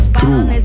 true